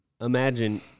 imagine